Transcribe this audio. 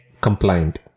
compliant